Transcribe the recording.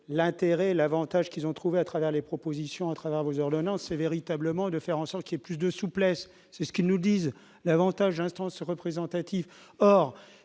l'intérêt l'Avantage qu'ils ont trouvé à travers les propositions travers vos ordonnances c'est véritablement de faire en sorte qu'il est plus de souplesse, c'est ce qu'il nous dise davantage instance représentative,